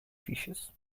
fishes